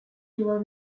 dual